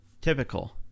typical